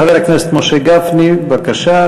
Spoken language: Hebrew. חבר הכנסת משה גפני, בבקשה.